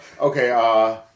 Okay